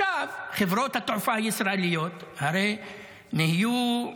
חברות התעופה הישראליות הרי נהיו,